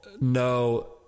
no